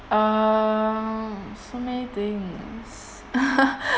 um so many things